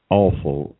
awful